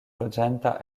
loĝanta